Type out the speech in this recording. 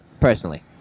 personally